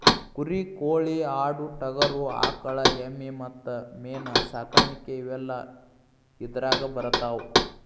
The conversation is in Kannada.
ಕುರಿ ಕೋಳಿ ಆಡು ಟಗರು ಆಕಳ ಎಮ್ಮಿ ಮತ್ತ ಮೇನ ಸಾಕಾಣಿಕೆ ಇವೆಲ್ಲ ಇದರಾಗ ಬರತಾವ